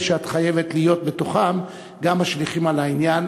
שאת חייבת להיות בתוכם גם משליכים על העניין,